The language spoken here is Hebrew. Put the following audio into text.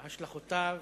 השלכותיו.